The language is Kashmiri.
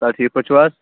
آ ٹھیٖک پٲٹھۍ چھُو حظ